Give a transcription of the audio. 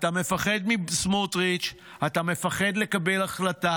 אתה מפחד מסמוטריץ', אתה מפחד לקבל החלטה,